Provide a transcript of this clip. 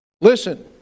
Listen